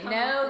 no